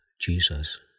Jesus